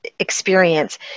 experience